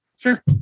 Sure